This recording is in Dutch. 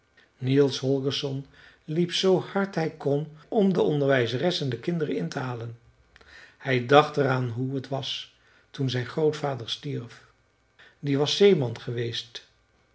niels holgersson liep zoo hard hij kon om de onderwijzeres en de kinderen in te halen hij dacht er aan hoe t was toen zijn grootvader stierf die was zeeman geweest